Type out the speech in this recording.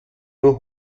nur